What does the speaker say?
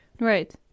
Right